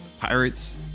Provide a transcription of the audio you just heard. pirates